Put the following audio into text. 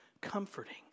comforting